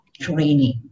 training